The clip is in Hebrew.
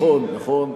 נכון, נכון.